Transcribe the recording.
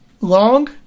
Long